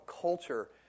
culture